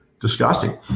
Disgusting